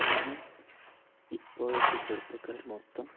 കാരണം ഇപ്പോഴത്തെ ചെറുപ്പക്കാര് മൊത്തം